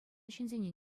ҫынсене